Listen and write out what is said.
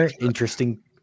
interesting